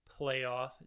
playoff